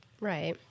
Right